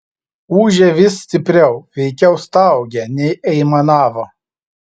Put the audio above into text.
ūžė vis stipriau veikiau staugė nei aimanavo